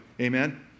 Amen